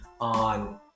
on